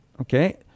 Okay